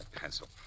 pencil